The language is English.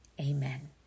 amen